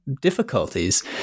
difficulties